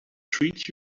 treat